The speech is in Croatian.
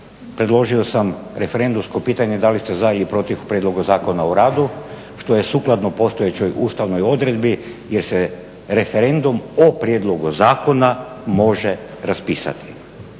predložio sam referendumsko pitanje da li ste za ili protiv prijedloga Zakona o radu što je sukladno postojećoj ustavnoj odredbi jer se referendum o prijedlogu zakona može raspisati.